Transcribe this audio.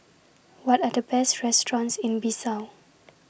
What Are The Best restaurants in Bissau